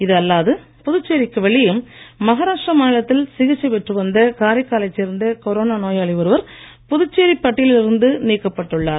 இது அல்லாது புதுச்சேரிக்கு வெளியே மஹாராஷ்டிர மாநிலத்தில் சிகிச்சை பெற்றுவந்த காரைக்காலைச் சேர்ந்த கொரோனா நோயாளி ஒருவர் புதுச்சேரி பட்டியலில் இருந்து நீக்கப் பட்டுள்ளார்